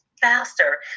Faster